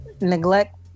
neglect